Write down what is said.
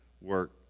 work